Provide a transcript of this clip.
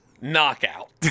knockout